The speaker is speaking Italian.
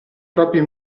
proprio